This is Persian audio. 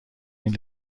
این